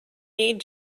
need